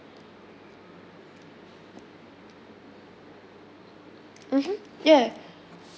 mmhmm yeah